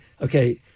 okay